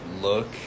look